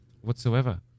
whatsoever